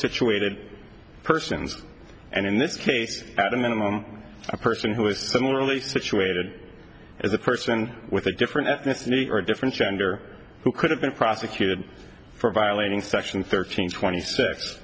situated persons and in this case at a minimum a person who is similarly situated as a person with a different ethnicity or a different gender who could have been prosecuted for violating section thirteen twenty six